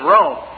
Rome